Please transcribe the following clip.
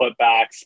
putbacks